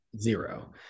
zero